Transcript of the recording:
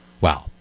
Wow